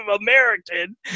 American